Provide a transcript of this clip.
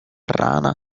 rana